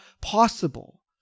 possible